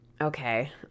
okay